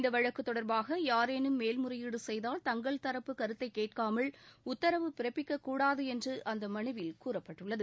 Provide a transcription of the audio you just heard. இந்த வழக்கு தொடர்பாக யாரேனும் மேல்முறையீடு செய்தால் தங்கள் தரப்பு கருத்தைக் கேட்காமல் உத்தரவு பிறப்பிக்கக் கூடாது என்று அந்த மனுவில் கூறப்பட்டுள்ளது